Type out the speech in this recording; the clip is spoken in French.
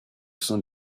sein